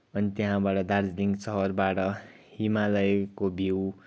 अनि त्यहाँबाट दार्जिलिङ सहरबाट हिमालयको भ्यू